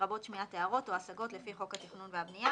לרבות שמיעת הערות או השגות לפי חוק התכנון והבנייה,